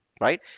right